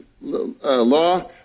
law